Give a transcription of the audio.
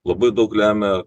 labai daug lemia